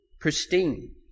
pristine